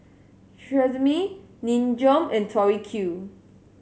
Tresemme Nin Jiom and Tori Q